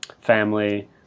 family